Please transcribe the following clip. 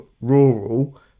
rural